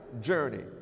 journey